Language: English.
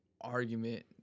argument